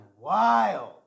wild